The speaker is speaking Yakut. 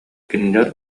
кинилэр